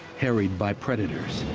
harried by predators.